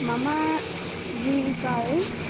मम जीविकायै